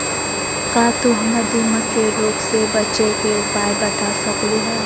का तू हमरा दीमक के रोग से बचे के उपाय बता सकलु ह?